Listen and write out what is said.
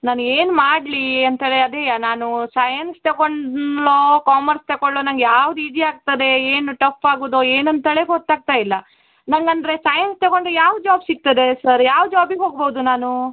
ನಾನೇನು ಮಾಡಲಿ ಅಂತಾನೆ ಅದೆ ನಾನು ಸಯನ್ಸ್ ತಕೊಂಡಳೋ ಕಾಮರ್ಸ್ ತಕೊಳ್ಳೋ ನಂಗೆ ಯಾವ್ದು ಈಜಿ ಆಗ್ತದೆ ಏನು ಟಫ್ ಆಗುದೋ ಏನು ಅಂತಾಳೆ ಗೊತ್ತಾಗ್ತಾ ಇಲ್ಲ ನಂಗೆ ಅಂದರೆ ಸಯನ್ಸ್ ತಗೊಂಡರೆ ಯಾವ ಜಾಬ್ ಸಿಕ್ತದೆ ಸರ್ ಯಾವ ಜೋಬಿಗೆ ಹೋಗ್ಬೋದು ನಾನು